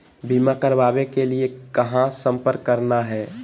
बीमा करावे के लिए कहा संपर्क करना है?